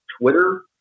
Twitter